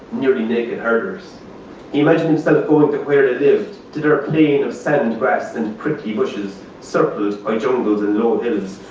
nearly naked herders. he imagined himself going to where they lived to their plain of sand grass and prickly bushes, circled by jungles and low hills.